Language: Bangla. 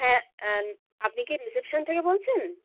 হ্যাঁ আপনি কি রিসেপশান থেকে বলছেন